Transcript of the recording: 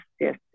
yes